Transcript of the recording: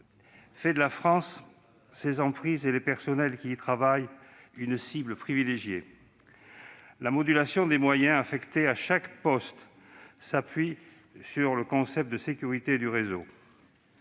fait de la France, de ses emprises et des personnels qui y travaillent des cibles privilégiées. La modulation des moyens affectés à chaque poste s'appuie sur le concept de sécurité du réseau